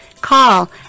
Call